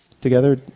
together